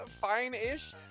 fine-ish